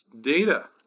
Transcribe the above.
data